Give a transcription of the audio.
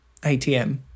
ATM